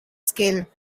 scale